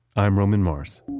i'm roman mars.